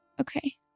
Okay